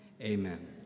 amen